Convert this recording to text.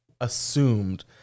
assumed